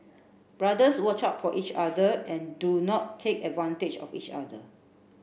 brothers watch out for each other and do not take advantage of each other